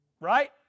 right